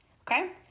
Okay